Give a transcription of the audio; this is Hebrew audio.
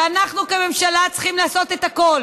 ואנחנו, כממשלה, צריכים לעשות הכול